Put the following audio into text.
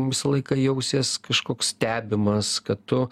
visą laiką jausies kažkoks stebimas kad tu